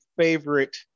favorite